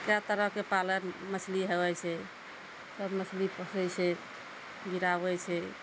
कए तरहके पालन मछली हेइ छै सब मछली पोसै छै गिराबै छै